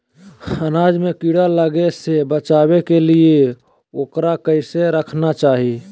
अनाज में कीड़ा लगे से बचावे के लिए, उकरा कैसे रखना चाही?